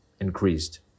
increased